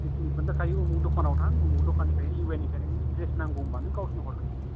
खोन्थाखायो उमुग उमुग दखानाव थां उमुग उमुग दखानाव थां उमुग दखाननिफ्राय इउएन एकादेमिना द्रेस नांगौ होनबानो गवसोर हरखायो